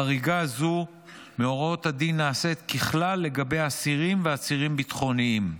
חריגה זו מהוראות הדין נעשית ככלל לגבי אסירים ועצירים ביטחוניים.